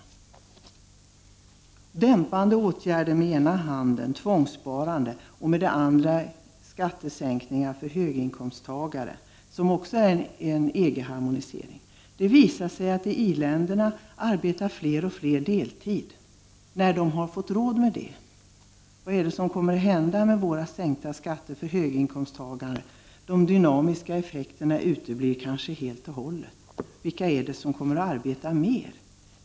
33 Man vidtar dämpande åtgärder, t.ex. tvångssparande, med den ena handen, samtidigt som man med den andra handen genomför skattesänkningar för höginkomsttagare, något som också blir en följd av en EG-harmonisering. Det visar sig att i i-länderna arbetar fler och fler deltid, sedan de fått råd att göra det. Vad kommer sänkningen av skatterna för höginkomsttagarna att få för följder? De dynamiska effekterna uteblir kanske helt och hållet. Vilka är det som kommer att arbeta mer?